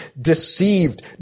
deceived